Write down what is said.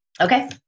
Okay